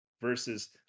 Versus